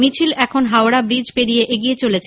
মিছিল এখন হাওড়া ব্রিজ পেড়িয়ে এগিয়ে চলেছে